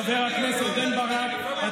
חבר הכנסת בן ברק,